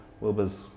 Wilbur's